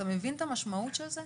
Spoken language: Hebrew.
אתה מבין את המשמעות של זה?